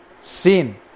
sin